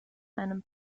einem